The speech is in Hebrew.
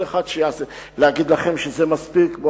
השיפורים החשובים הוא,